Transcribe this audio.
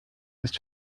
ist